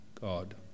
God